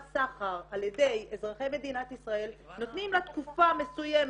סחר על ידי אזרחי מדינת ישראל נותנים לה תקופה מסוימת,